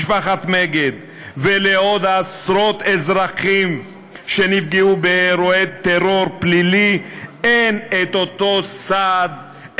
משפחת מגד ולעוד עשרות אזרחים שנפגעו באירועי טרור פלילי אין אותו סעד,